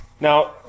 Now